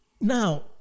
now